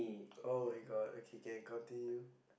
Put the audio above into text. [oh]-my-god okay can continue